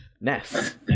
Ness